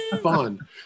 fun